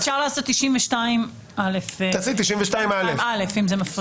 אפשר לעשות 92א. תעשי 92א, אם זה מפריע לך.